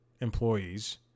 employees